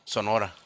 Sonora